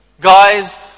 Guys